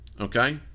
okay